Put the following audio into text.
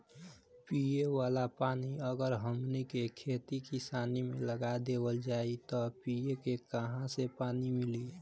पिए वाला पानी अगर हमनी के खेती किसानी मे लगा देवल जाई त पिए के काहा से पानी मीली